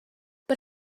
but